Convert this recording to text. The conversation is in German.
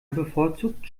bevorzugt